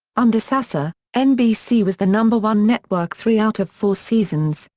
under sassa, nbc was the number one network three out of four seasons.